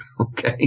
Okay